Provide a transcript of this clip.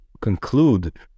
conclude